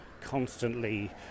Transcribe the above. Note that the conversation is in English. constantly